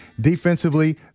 Defensively